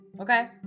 Okay